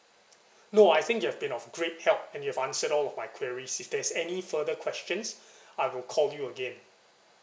no I think your have been of great help and you have answered all of my queries if there is any further questions I will call you again